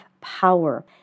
power